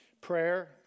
Prayer